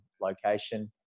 location